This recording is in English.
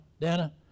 Dana